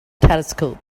telescope